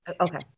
Okay